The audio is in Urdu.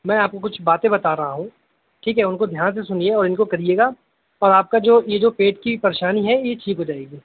میں آپ کو کچھ باتیں بتا رہا ہوں ٹھیک ہے ان کو دھیان سے سنیے اور ان کو کرئیے گا اور آپ کا جو یہ جو پیٹ کی پریشانی ہے یہ ٹھیک ہو جائے گی